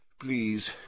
Please